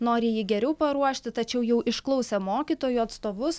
nori jį geriau paruošti tačiau jau išklausė mokytojų atstovus